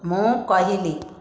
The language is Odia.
ମୁଁ କହିଲି